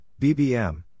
BBM